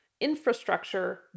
infrastructure